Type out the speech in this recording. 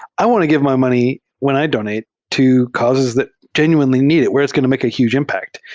i want to give my money when i donate to causes that genuinely need it, where it's going to make a huge impact.